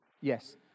yes